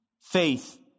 Faith